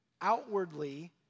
Outwardly